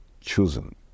chosen